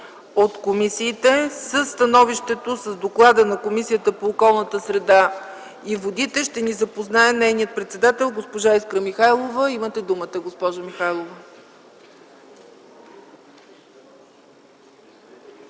комисии. Със становището на Комисията по околната среда и водите ще ни запознае нейният председател госпожа Искра Михайлова. Имате думата, госпожо Михайлова.